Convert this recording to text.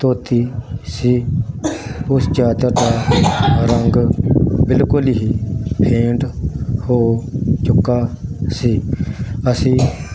ਧੋਤੀ ਸੀ ਉਸ ਚਾਦਰ ਦਾ ਰੰਗ ਬਿਲਕੁਲ ਹੀ ਫੇਂਟ ਹੋ ਚੁੱਕਾ ਸੀ ਅਸੀਂ